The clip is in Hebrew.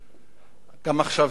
וגם עכשיו זה מאוחר,